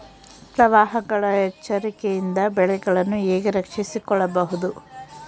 ಪ್ರವಾಹಗಳ ಎಚ್ಚರಿಕೆಯಿಂದ ಬೆಳೆಗಳನ್ನು ಹೇಗೆ ರಕ್ಷಿಸಿಕೊಳ್ಳಬಹುದು?